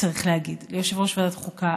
צריך להגיד: ליושב-ראש ועדת החוקה,